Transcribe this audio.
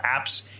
Apps –